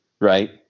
right